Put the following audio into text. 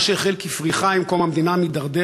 מה שהחל כפריחה עם קום המדינה מידרדר